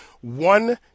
one